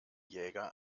jäger